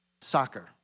soccer